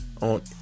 on